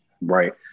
right